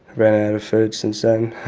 ran out of food since then.